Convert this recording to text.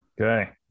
Okay